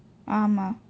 ஆமாம்:aamaam